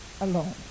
alone